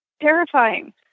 terrifying